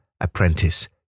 apprentice